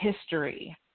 history